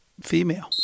female